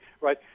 right